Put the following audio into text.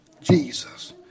Jesus